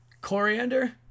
coriander